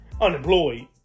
Unemployed